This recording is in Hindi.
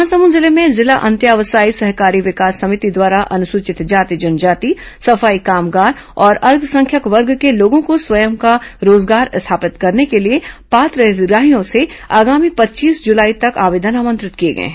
महासमुंद जिले में जिला अंत्यावयायी सहकारी विकास समिति द्वारा अनुसूचित जाति जनजाति सफाई कामगार और अल्पसंख्यक वर्ग के लोगों को स्वयं का रोजगार स्थापित करने के लिए पात्र हितग्राहियों से आगामी पच्चीस जुलाई तक आवेदन आमंत्रित किए गए हैं